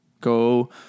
Go